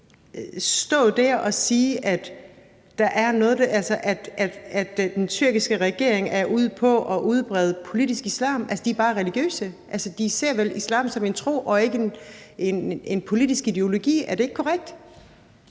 kan stå der og sige, at den tyrkiske regering er ude på at udbrede politisk islam. Altså, de er bare religiøse, og de ser vel islam som en tro og ikke en politisk ideologi. Er det ikke korrekt?